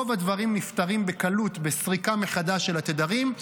רוב הדברים נפתרים בקלות בסריקה מחדש של התדרים.